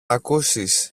ακούσεις